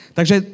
Takže